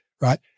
right